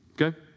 Okay